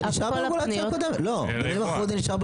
כלומר כל הפניות וכל